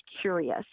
curious